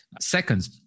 Second